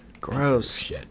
gross